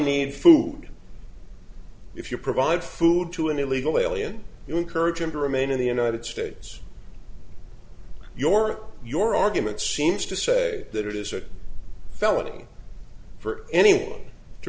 need food if you provide food to an illegal alien you encourage him to remain in the united states your your argument seems to say that it is a felony for anyone to